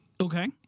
Okay